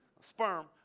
sperm